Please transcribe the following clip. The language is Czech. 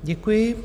Děkuji.